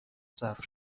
صرف